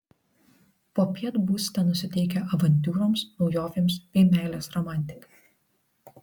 popiet būsite nusiteikę avantiūroms naujovėms bei meilės romantikai